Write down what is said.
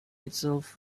itself